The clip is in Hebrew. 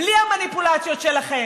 בלי המניפולציות שלכם,